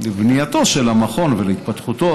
לבנייתו של המכון ולהתפתחותו.